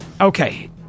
Okay